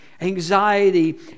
anxiety